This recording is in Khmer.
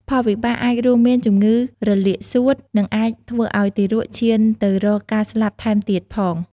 ផលវិបាកអាចរួមមានជំងឺរលាកសួត និងអាចធ្វើឱ្យទារកឈានទៅរកការស្លាប់ថែមទៀតផង។